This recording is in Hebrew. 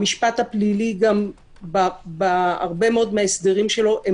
המשפט הפלילי בהרבה מאוד מההסדרים שלו הם